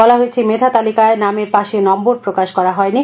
বলা হয়েছে মেধা তালিকায় নামের পাশে নশ্বর প্রকাশ করা হয়নি